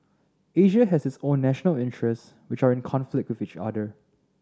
Asia has its own national interests which are in conflict with each other